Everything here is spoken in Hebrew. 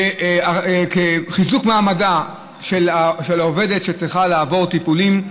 כחיזוק מעמדה של העובדת שצריכה לעבור טיפולים,